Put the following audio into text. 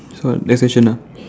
so next question ah